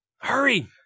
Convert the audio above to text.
Hurry